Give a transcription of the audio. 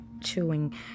chewing